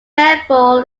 rainfall